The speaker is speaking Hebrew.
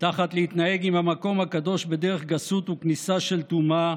"תחת להתנהג עם המקום הקדוש בדרך גסות וכניסה של טומאה,